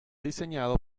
diseñado